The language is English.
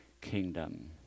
kingdom